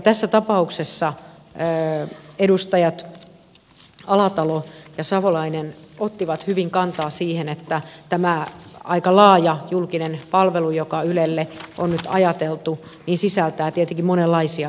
tässä ta pauksessa edustajat alatalo ja salolainen ottivat hyvin kantaa siihen että tämä aika laaja julkinen palvelu joka ylelle on nyt ajateltu sisältää tietenkin monenlaisia velvoitteita